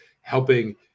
helping